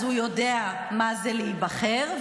אז הוא יודע מה זה להיבחר,